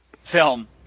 film